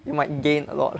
you might gain a lot